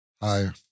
Higher